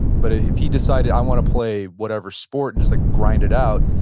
but ah if he decided i want to play whatever sport and just like grind it out,